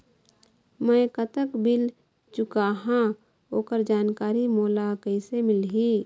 मैं कतक बिल चुकाहां ओकर जानकारी मोला कइसे मिलही?